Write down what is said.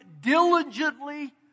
diligently